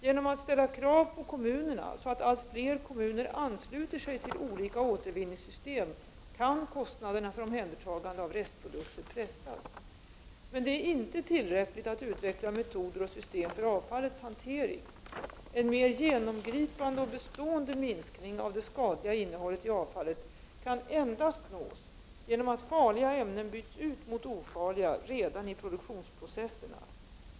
Genom att ställa krav på kommunerna så att allt fler kommuner ansluter sig till olika återvinningssystem kan kostnaderna för omhändertagande av restprodukter pressas. Men det är inte tillräckligt att utveckla metoder och system för avfallets hantering; en mer genomgripande och bestående minskning av det skadliga innehållet i avfallet kan endast nås genom att farliga ämnen byts ut mot ofarliga redan i produktionsprocesserna.